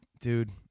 dude